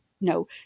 no